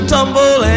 tumble